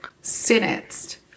sentenced